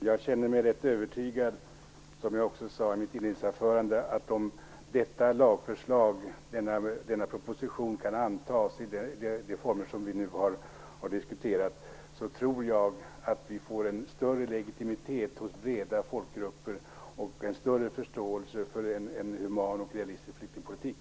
Herr talman! Som jag sade i mitt inledningsanförande känner jag mig rätt övertygad om att om detta lagförslag och denna proposition kan antas i de former riksdagen nu har diskuterat tror jag att det blir en större legitimitet och en större förståelse hos breda folkgrupper för en human och realistisk flyktingpolitik.